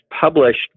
published